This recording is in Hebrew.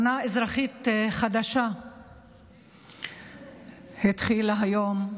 שנה אזרחית חדשה התחילה היום,